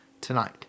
tonight